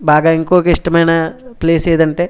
బాగా ఇంకొక ఇష్టమైన ప్లేస్ ఏది అంటే